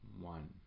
One